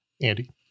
Andy